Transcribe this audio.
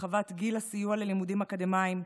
הרחבת גיל הסיוע ללימודים אקדמיים,